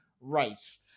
race